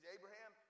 Abraham